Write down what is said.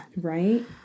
Right